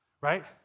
Right